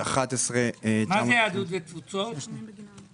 תכנית 16-1303 - מענה לאיום בלתי קונבנציונאלי,